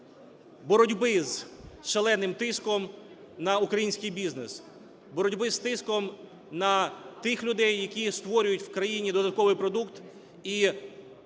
боротьби з шаленим тиском на український бізнес. Боротьби з тиском на тих людей, які створюють в країні додатковий продукт і всі